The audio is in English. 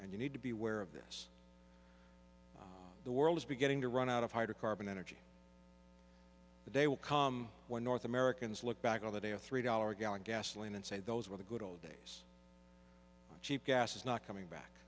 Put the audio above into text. and you need to be aware of this the world is beginning to run out of hydrocarbon energy the day will come when north americans look back on the day a three dollar a gallon gasoline and say those were the good old days cheap gas is not coming back